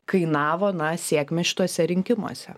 kainavo na sėkmę šituose rinkimuose